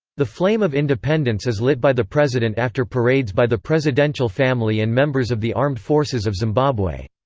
the flame of independence is lit by the president after parades by the presidential family and members of the armed forces of zimbabwe.